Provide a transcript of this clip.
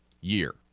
year